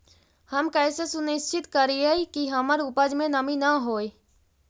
हम कैसे सुनिश्चित करिअई कि हमर उपज में नमी न होय?